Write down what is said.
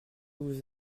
vous